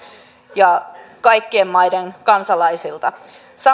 ja kaikkien maiden kansalaisilta